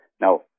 Now